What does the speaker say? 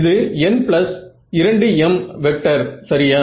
இது n2m vector சரியா